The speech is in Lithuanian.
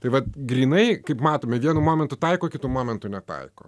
tai vat grynai kaip matome vienu momentu taiko kitu momentu netaiko